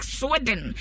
sweden